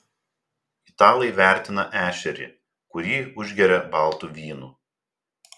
italai vertina ešerį kurį užgeria baltu vynu